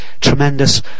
tremendous